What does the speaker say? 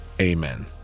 Amen